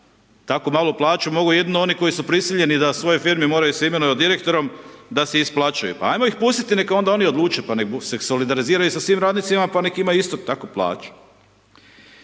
Tako malu plaću mogu jedino oni koji su prisiljeni da u svojoj firmi se moraju imenovati direktorom, da se isplaćuju. Pa ajmo ih pustiti neka onda oni odlučuju pa nek se solidariziraju sa svim radnicima pa nek imaju istu takvu plaću.